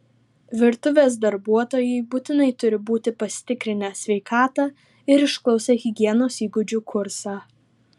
virtuvės darbuotojai būtinai turi būti pasitikrinę sveikatą ir išklausę higienos įgūdžių kursą